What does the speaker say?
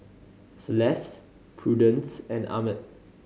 Celeste Prudence and Ahmed